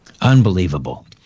Unbelievable